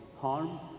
harm